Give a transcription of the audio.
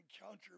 encounter